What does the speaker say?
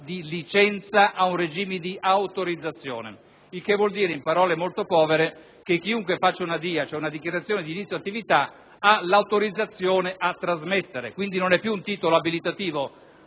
di licenza ad un regime di autorizzazione, il che vuol dire, in parole povere, che chiunque faccia una DIA, una dichiarazione di inizio attività, ha l'autorizzazione a trasmettere, quindi non è più un titolo abilitativo